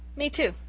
me too,